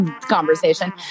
conversation